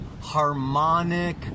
harmonic